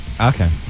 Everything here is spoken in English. Okay